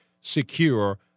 secure